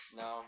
no